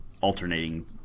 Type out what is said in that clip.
alternating